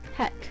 heck